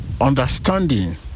understanding